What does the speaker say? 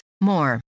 More